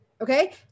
Okay